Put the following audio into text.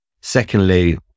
Secondly